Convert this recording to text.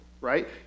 right